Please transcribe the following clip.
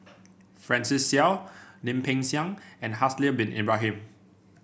Francis Seow Lim Peng Siang and Haslir Bin Ibrahim